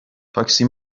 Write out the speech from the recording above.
تاکسی